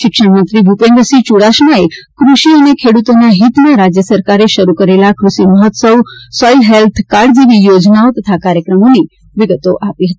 શિક્ષણમંત્રી ભુપેન્દ્રસિંહ ચુડાસમાએ કૃષિ અને ખેડૂતોના હિતમાં રાજ્ય સરકારે શરૂ કરેલા કૃષિ મહોત્સવ સોઇલ હેલ્થ કાર્ડ જેવી વિવિધ યોજનાઓ તથા કાર્યક્રમોની વિગતો આપી હતી